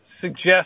suggest